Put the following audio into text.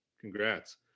congrats